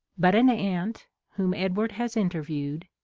but an aunt, whom edward has interviewed,